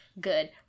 good